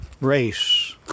race